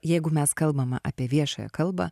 jeigu mes kalbame apie viešąją kalbą